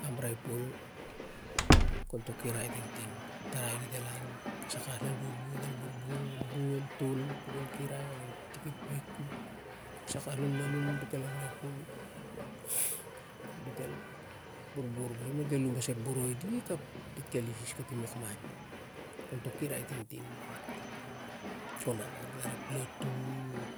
Am brai pot kon to kirai tintin. tarai dit el lan kasa kawas lon buibui dit el borbor el ru el tol a pukun. Kirai o i tik ep week kut sai kawas lon malum dit ambrai pol dit e borbor pal ap dit elum pas ep boroi dit ap dit kel isis tatim lakman kon toh kirai tintin kon angan lar ep lotu,